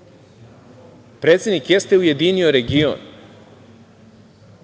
kovida. Predsednik jeste ujedinio region,